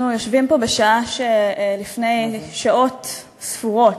אנחנו יושבים פה בשעה שלפני שעות ספורות,